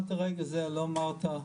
אתה עד לרגע זה לא אמרת,